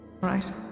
Right